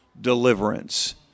deliverance